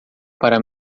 para